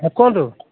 ହଁ କୁହନ୍ତୁ